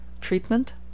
Treatment